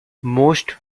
most